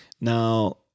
Now